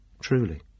truly